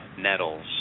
nettles